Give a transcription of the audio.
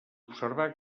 observar